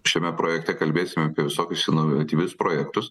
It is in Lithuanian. šiame projekte kalbėsime apie visokius inovatyvius projektus